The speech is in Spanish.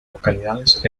localidades